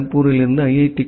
D காரக்பூரிலிருந்து ஐ